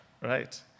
right